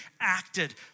acted